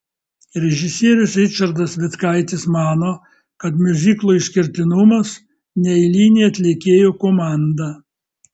režisierius ričardas vitkaitis mano kad miuziklo išskirtinumas neeilinė atlikėjų komanda